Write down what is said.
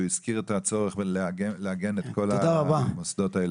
והוא הזכיר את הצורך לעגן את כל המוסדות האלה .